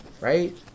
right